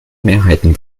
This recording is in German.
mehrheiten